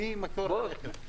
מי מקור הרכב?